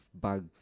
bugs